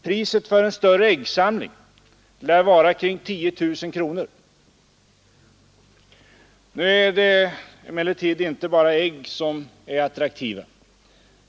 Priset för ett större äggsamling lär vara omkring 10 000 kronor. Nu är det emellertid inte bara ägg som är attraktiva.